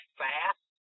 fast